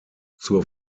zur